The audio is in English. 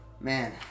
man